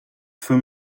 for